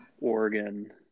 Oregon